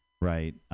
right